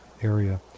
area